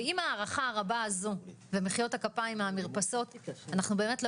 ועם ההערכה הרבה הזו ומחיאות הכפיים מהמרפסות אנחנו באמת לא